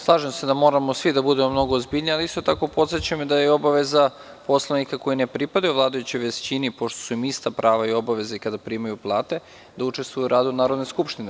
Slažem da moramo svi da budemo mnogo ozbiljniji, ali isto tako podsećam da je to obaveza poslanika koji ne pripadaju vladajućoj većini, pošto su im ista prava i obaveze, kada primaju plate, da učestvuju u radu Narodne skupštine.